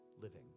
living